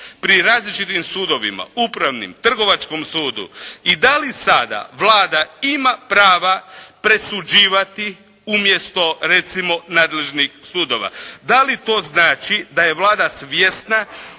pri različitim sudovima, upravnim, trgovačkom sudu i da li sada Vlada ima prava presuđivati umjesto recimo nadležnih sudova. Da li to znači da je Vlada svjesna